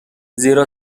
زیرا